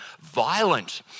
violent